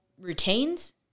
routines